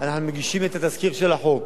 אנחנו מגישים את התזכיר של החוק.